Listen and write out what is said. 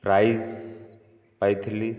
prize ପାଇଥିଲି